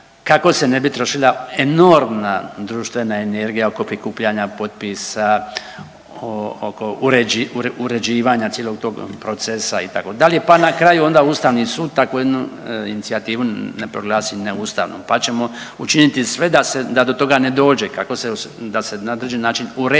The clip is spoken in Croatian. kako se ne bi trošila enormna društvena energija oko prikupljanja potpisa, oko uređivanja cijelog tog procesa itd., pa na kraju onda Ustavni sud takvu inicijativu ne proglasi ne ustavnom, pa ćemo učini sve da to toga ne dođe. Kako se, da se na određeni